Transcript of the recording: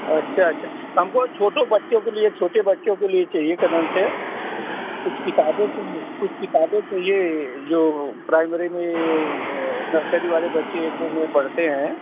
अच्छा अच्छा तो हमको छोटो बच्चों के लिए छोटे बच्चों के लिए चाहिए क्या नाम से कुछ किताबें चाहिएँ कुछ किताबें चाहिए जो प्राइमरी में नर्सरी वाले बच्चे एक दो में पढ़ते हैं